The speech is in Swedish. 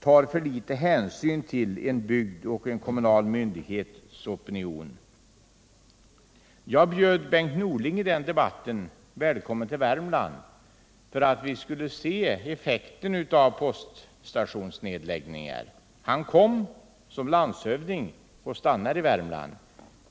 tar för liten hänsyn till bygdens och en kommunal myndighets åsikt. I debatten bjöd jag Bengt Norling välkommen till Värmland för att vi skulle se effekten av poststationsnedläggningar. Han kom som landshövding och stannar i Värmland.